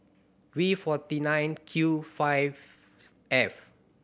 V forty nine Q five F